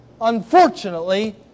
Unfortunately